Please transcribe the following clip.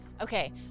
Okay